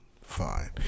Fine